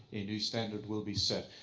a new standard will be set.